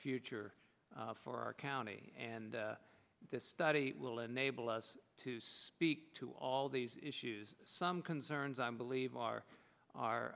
future for our county and this study will enable us to speak to all these issues some concerns i believe are our